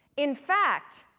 in fact,